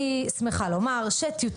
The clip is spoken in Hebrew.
הצבעה אושר אני שמחה לומר שטיוטת